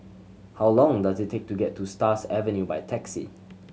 how long does it take to get to Stars Avenue by taxi